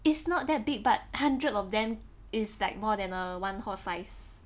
it's not that big but hundred of them is like more than a one horse-sized